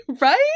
Right